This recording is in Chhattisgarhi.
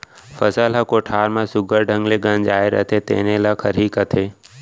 फसल ह कोठार म सुग्घर ढंग ले गंजाय रथे तेने ल खरही कथें